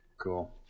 cool